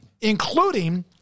including